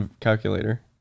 Calculator